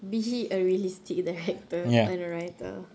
be a realistic director and a writer